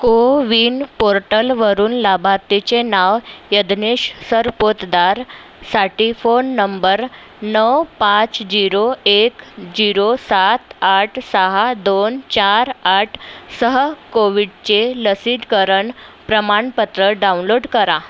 कोविन पोर्टलवरून लाभार्थीचे नाव यदनेश सरपोतदार साठी फोन नंबर नऊ पाच जिरो एक जिरो सात आठ सहा दोन चार आठ सह कोविडचे लसीद्करण प्रमाणपत्र डाउनलोड करा